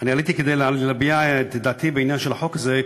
עליתי כדי להביע את דעתי בעניין של החוק הזה,